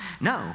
No